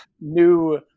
new